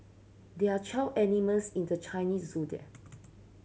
there are twelve animals in the Chinese Zodiac